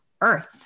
earth